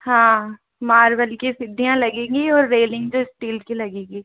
हाँ मार्बल की सीढ़ियाँ लगेंगी और रेलिंग तो स्टील की लगेगी